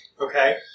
Okay